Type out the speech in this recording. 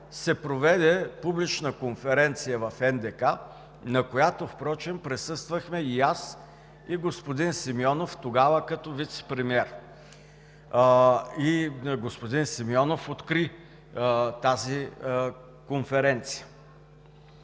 се проведе публична конференция в НДК, на която впрочем присъствахме и аз, и господин Симеонов, тогава като вицепремиер, и господин Симеонов откри тази конференция.